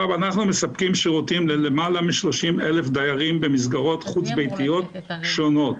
אנחנו מספקים שירותים ללמעלה מ-30,000 דיירים במסגרות חוץ ביתיות שונות.